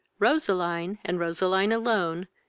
roseline, and roseline alone,